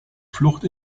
flucht